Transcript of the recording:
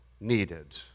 needed